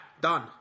done